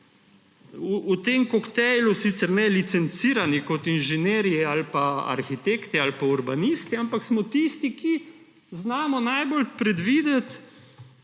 v tem koktajlu sicer ne licencirani kot inženirji ali pa arhitekti ali pa urbanisti, ampak smo tisti, ki znamo najbolj predvideti